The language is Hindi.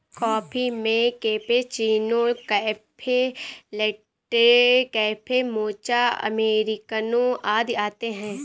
कॉफ़ी में cappuccino, cafe latte, cafe mocha, americano आदि आते है